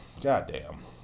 goddamn